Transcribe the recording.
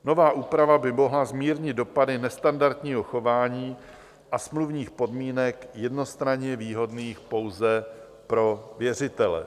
Nová úprava by mohla zmírnit dopady nestandardního chování a smluvních podmínek jednostranně výhodných pouze pro věřitele.